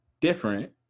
different